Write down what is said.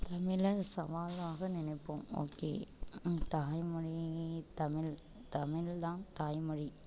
தமிழை சவாலாக நினைப்போம் ஓகே தாய்மொழி தமிழ் தமிழ் தான் தாய்மொழி